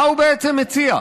מה הוא בעצם מציע?